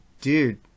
dude